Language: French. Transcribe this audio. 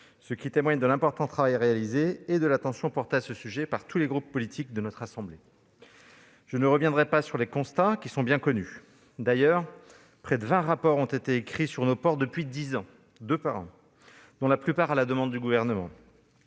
témoigne de l'importance du travail réalisé et de l'attention portée à ce sujet par tous les groupes politiques de notre assemblée. Je ne reviendrai pas sur les constats, qui sont connus. Près de vingt rapports ont été écrits sur nos ports depuis dix ans, soit deux par an en moyenne, dont la plupart à la demande du Gouvernement.